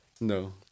No